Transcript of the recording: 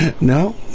no